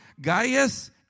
Gaius